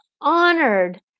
honored